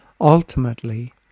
Ultimately